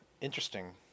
Interesting